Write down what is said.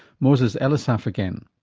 moses elisaf again.